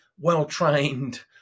well-trained